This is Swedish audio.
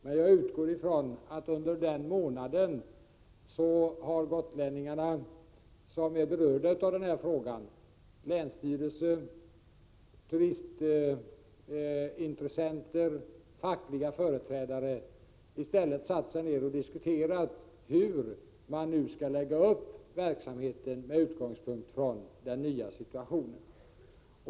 Men jag utgår från att de gotlänningar som är berörda av den här frågan — länsstyrelsen, turistintressenter och fackliga företrädare — under den här månaden i stället har satt sig ned och diskuterat hur man skall lägga upp verksamheten, med utgångspunkt iden nya situationen.